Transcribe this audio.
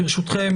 ברשותכם,